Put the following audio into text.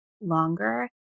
longer